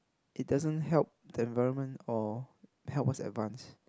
it doesn't help the environment or help us advance